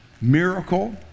miracle